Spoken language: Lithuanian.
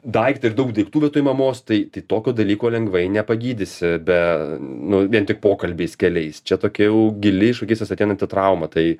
daiktą ir daug daiktų vietoj mamos tai tai tokio dalyko lengvai nepagydysi be nu vien tik pokalbiais keliais čia tokia jau gili iš vaikystės ateinanti trauma tai